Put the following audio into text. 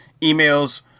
emails